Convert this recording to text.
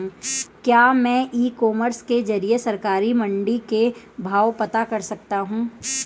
क्या मैं e commerce के ज़रिए सरकारी मंडी के भाव पता कर सकता हूँ?